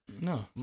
No